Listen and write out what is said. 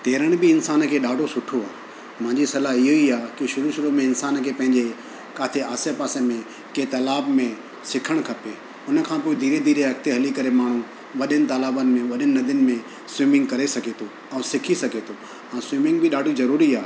तरण बि इंसान खे ॾाढो सुठो आहे मुंहिंजी सलाह ईअं ई आहे की शुरु शुरु में इंसान खे पंहिंजे किथे आसे पासे में कंहिं तलाउ में सिखणु खपे उन खां पोइ धीरे धीरे अॻिते हली करे माण्हू वॾनि तलाउनि में वॾनि नदियुनि में स्विमिंग करे सघे थो ऐं सिखी सघे थो ऐं स्विमिंग बि ॾाढी ज़रूरी आ्हे